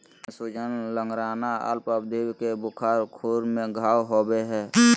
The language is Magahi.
खुर में सूजन, लंगड़ाना, अल्प अवधि के बुखार, खुर में घाव होबे हइ